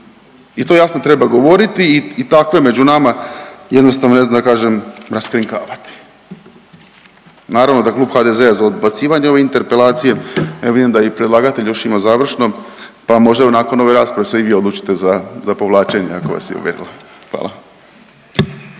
i to jasno treba govoriti i tako je među nama jednostavno ne znam da kažem raskrinkavati. Naravno da je Klub HDZ-a za odbacivanje ove interpelacije, evo vidim da i predlagatelj još ima završno, pa možda nakon ove rasprave se i vi odlučite za, za povlačenje ako vas je uvjerila, hvala.